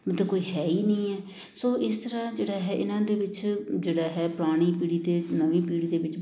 ਮਤਲਬ ਕੋਈ ਹੈ ਹੀ ਨਹੀਂ ਹੈ ਸੋ ਇਸ ਤਰ੍ਹਾਂ ਜਿਹੜਾ ਹੈ ਇਹਨਾਂ ਦੇ ਵਿੱਚ ਜਿਹੜਾ ਹੈ ਪੁਰਾਣੀ ਪੀੜੀ ਅਤੇ ਨਵੀਂ ਪੀੜੀ ਦੇ ਵਿੱਚ